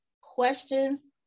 questions